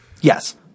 Yes